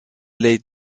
leigh